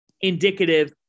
indicative